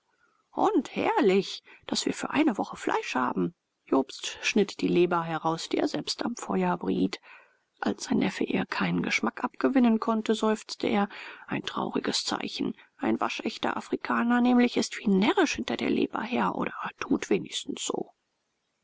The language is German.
und herrlich daß wir für eine woche fleisch haben jobst schnitt die leber heraus die er selbst am feuer briet als sein neffe ihr keinen geschmack abgewinnen konnte seufzte er ein trauriges zeichen ein waschechter afrikaner nämlich ist wie närrisch hinter der leber her oder tut wenigstens so